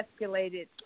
escalated